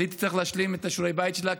אז הייתי צריך להשלים את שיעורי הבית שלה,